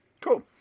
Cool